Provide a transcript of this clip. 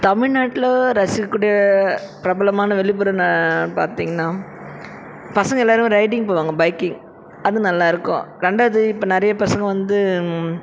தமில்நாட்டில ரசிக்கக்கூடிய பிரபலமான வெளிப்புற ந பார்த்தீங்கன்னா பசங்க எல்லாருமே ரைடிங் போவாங்க பைக்கிங் அது நல்லாயிருக்கும் ரெண்டாவது இப்போ நிறைய பசங்க வந்து